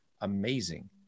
amazing